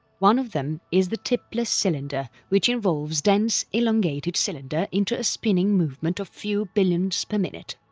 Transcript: one of them is the tipler cylinder which involves dense elongated cylinder into a spinning movement of few billions per minute.